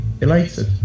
elated